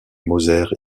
moser